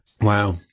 wow